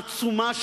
העצומה,